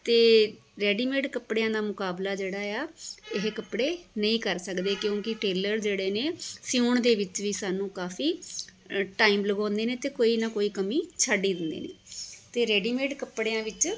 ਅਤੇ ਰੇਡੀਮੇਡ ਕੱਪੜਿਆਂ ਦਾ ਮੁਕਾਬਲਾ ਜਿਹੜਾ ਆ ਇਹ ਕੱਪੜੇ ਨਹੀਂ ਕਰ ਸਕਦੇ ਕਿਉਂਕਿ ਟੇਲਰ ਜਿਹੜੇ ਨੇ ਸਿਉਂਣ ਦੇ ਵਿੱਚ ਵੀ ਸਾਨੂੰ ਕਾਫ਼ੀ ਟਾਈਮ ਲਗਾਉਂਦੇ ਨੇ ਅਤੇ ਕੋਈ ਨਾ ਕੋਈ ਕਮੀ ਛੱਡ ਹੀ ਦਿੰਦੇ ਨੇ ਅਤੇ ਰੇਡੀਮੇਡ ਕੱਪੜਿਆਂ ਵਿੱਚ